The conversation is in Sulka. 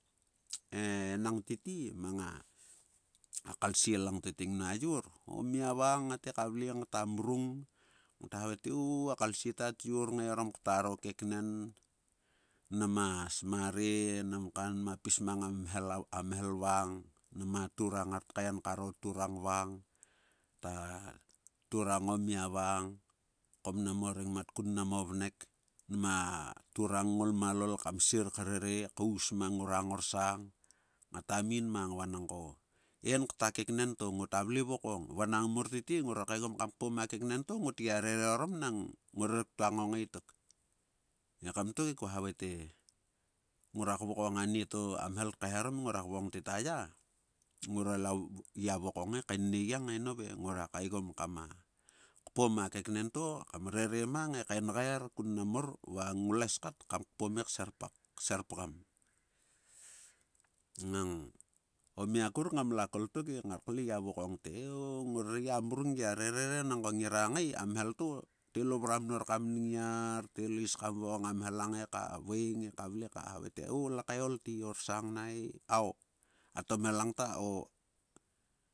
E-enang tete mang a-a kalsie langto tiengua yor, o mia vang ngate ka vle, ngta mrung, ngta havae te, o o- a kalsie ta tyor ngae arom ktaro keknen. Na ma sma re, nam kan, nma pis mang a mhel la a mhel vang, nama turang, ngat kaem karo turang vang, ta-turang o mia vang, ko mnam o rengmat, kun mnam o vnek, nma turang ngolmalol kam sir krere, kaus mang ngora ngorsang. Ngata min mang, vanangko en kta keknen to ngota vle vokong va nang mortete ngorer kaegom kam kpom a keknen to ngot gia rere orom nang ngorer ktua ngongae tok. Ekam tok e kua havae te. Ngora kvokong anieto a mhel tkaharom ngora kvokong te taya, ngora la gia vokong e kaennegiang e, nove ngora kaegom kama kpom a keknen to kam rere mang he kaengaer kun mnam mor va nglues kat kam kpom he kserpgam. Ngang o mia akuruk ngam la kol to ke ngoir kle gia vokong te o-ngore gia mrung gia re re re nangko ngera ngae, a mhel to telo vrua mnor kam nngiar te lo is kam vokong a mhelang he ka vaeng eka vle ka te o-lakae ol te, orsang na he aoo-aito mhel langta o.